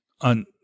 on –